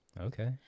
Okay